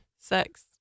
sex